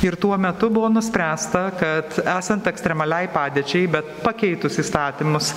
ir tuo metu buvo nuspręsta kad esant ekstremaliai padėčiai bet pakeitus įstatymus